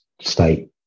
state